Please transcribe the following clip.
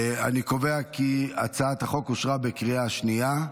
אני קובע כי הצעת החוק אושרה בקריאה השנייה.